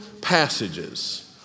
passages